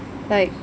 like